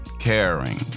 Caring